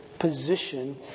Position